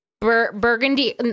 Burgundy